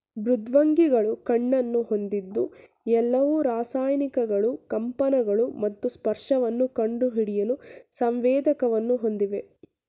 ಮೃದ್ವಂಗಿಗಳು ಕಣ್ಣನ್ನು ಹೊಂದಿದ್ದು ಎಲ್ಲವು ರಾಸಾಯನಿಕಗಳು ಕಂಪನಗಳು ಮತ್ತು ಸ್ಪರ್ಶವನ್ನು ಕಂಡುಹಿಡಿಯಲು ಸಂವೇದಕವನ್ನು ಹೊಂದಿವೆ